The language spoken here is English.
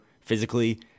physically